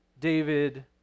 David